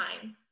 time